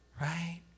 Right